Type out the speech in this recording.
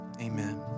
amen